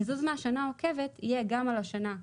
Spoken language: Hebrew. הקיזוז מהשנה העוקבת יהיה גם על השנה,